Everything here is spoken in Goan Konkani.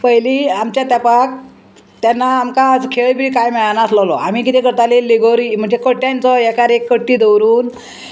पयलीं आमच्या तेंपाक तेन्ना आमकां खेळ बी कांय मेळनासलोलो आमी किदें करताली तें लेगोरी म्हणजे कट्ट्यांचो एकार एक कट्टी दवरून